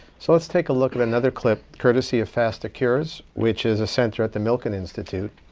so let's take a look at another clip, courtesy of fastercures, which is a center at the milken institute,